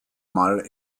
mal